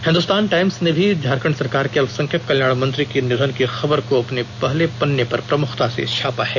Hindustan Times ने भी झारखंड सरकार के अल्पसंख्यक कल्याण मंत्री के निधन की खबर को अपने पहले पन्ने पर प्रमुखता से छापा है